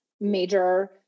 major